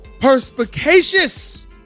perspicacious